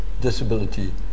disability